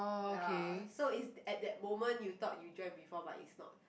ya so it's at that moment you thought you dreamt before but it's not